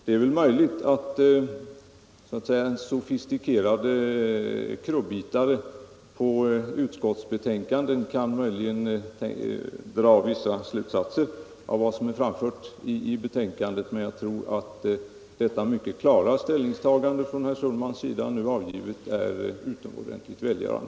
Det är väl möjligt att en sofistikerad krubbitare på utskottsbetänkanden kan dra vissa slutsatser av vad som är uttalat i betänkandet, men jag tror att det mycket klara ställningstagandet från herr Sundmans sida är utomordentligt välgörande.